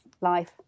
life